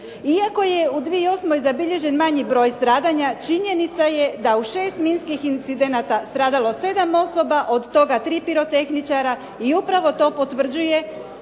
Iako je u 2008. zabilježen manji broj stradanja, činjenica je da u 6 minskih incidenata stradalo 7 osoba, od toga tri pirotehničara i upravo to potvrđuje